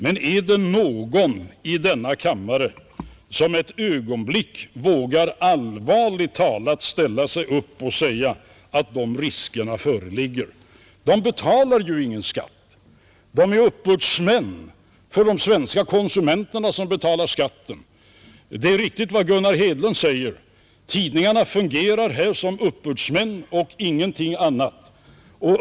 Men är det någon i denna kammare som vågar ställa sig upp och allvarligt säga att de riskerna föreligger? Tidningarna betalar ju ingen skatt, de är uppbördsmän för de svenska konsumenterna som betalar skatten. Det är riktigt vad Gunnar Hedlund säger — tidningarna fungerar här som uppbördsmän och ingenting annat.